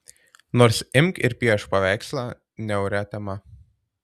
nors imk ir piešk paveikslą niauria tema